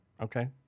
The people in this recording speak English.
Okay